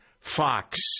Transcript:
Fox